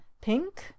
Pink